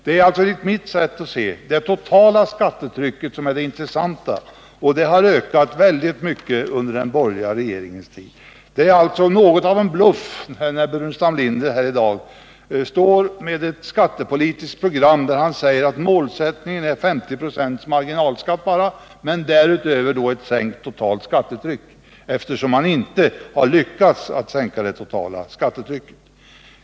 Det är alltså enligt mitt sätt att se det totala skattetrycket som är det intressanta, och det har ökat väldigt mycket under den borgerliga regeringens tid. Således är det något av en bluff när herr Burenstam Linder här i dag står med ett skattepolitiskt program där man säger att målsättningen är 50 96 marginalskatt men därutöver ett sänkt totalt skattetryck. Man har ju inte lyckats sänka det totala skattetrycket.